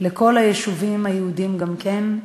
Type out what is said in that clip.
כל היישובים היהודיים גם כן.